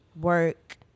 work